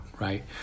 right